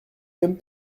même